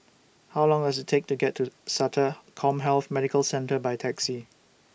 How Long Does IT Take to get to Sata Commhealth Medical Centre By Taxi